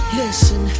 listen